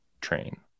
train